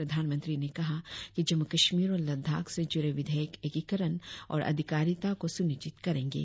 प्रधानमंत्री ने कहा कि जम्मू कश्मीर और लद्दाख से जुड़े विधेयक एकीकरण और अधिकारिता को सुनिश्चित करेंगे